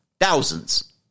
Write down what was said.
Thousands